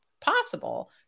possible